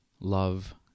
love